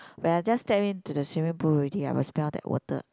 when I just step into the swimming pool already I will smell that water